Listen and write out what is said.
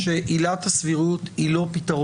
מניח שיותר